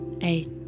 Eight